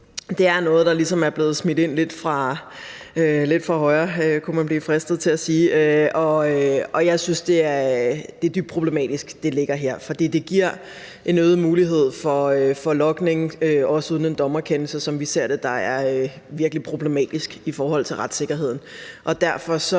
højre, som man kunne blive fristet til at sige. Jeg synes, det er dybt problematisk, at det ligger her, for det giver en øget mulighed for logning, også uden en dommerkendelse, som vi ser det, og det er virkelig problematisk i forhold til retssikkerheden.